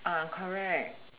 correct